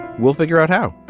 we'll figure out how